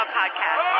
podcast